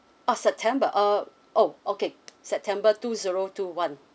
uh september uh oh okay september two zero two one